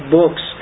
books